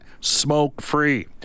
smoke-free